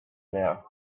there